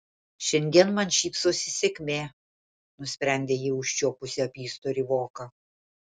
šiandien man šypsosi sėkmė nusprendė ji užčiuopusi apystorį voką